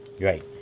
Right